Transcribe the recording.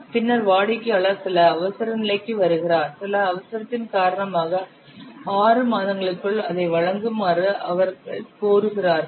பின்னர் வாடிக்கையாளர் சில அவசரநிலைக்கு வருகிறார் சில அவசரத்தின் காரணமாக 6 மாதங்களுக்குள் அதை வழங்குமாறு அவர்கள் கோருகிறார்கள்